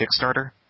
Kickstarter